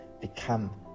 become